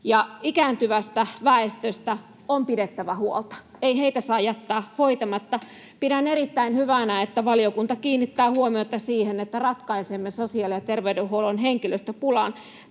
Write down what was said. ikääntyvästä väestöstä on pidettävä huolta. Ei heitä saa jättää hoitamatta. Pidän erittäin hyvänä, että valiokunta kiinnittää huomiota siihen, että ratkaisemme sosiaali- ja terveydenhuollon henkilöstöpulan.